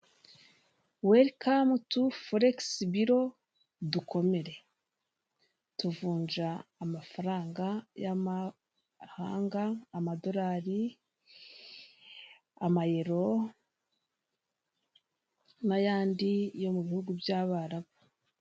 Werikamutu folegisi biro dukomere, tuvunja amafaranga y'amahanga amadolari, amayero n'ayandi yo mu bihugu by'abarabu.